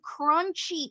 crunchy